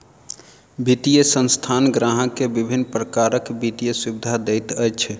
वित्तीय संस्थान ग्राहक के विभिन्न प्रकारक वित्तीय सुविधा दैत अछि